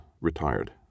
retired